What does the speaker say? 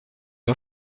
loi